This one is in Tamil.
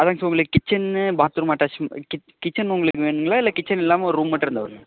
அதான் சார் உங்களுக்கு கிச்சன்னு பாத்ரூம் அட்டாச்மெண்ட் இப்போ கிச் கிச்சன் உங்களுக்கு வேணும்ங்களா இல்லை கிச்சன் இல்லாம ஒரு ரூம் மட்டும் இருந்தா